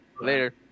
later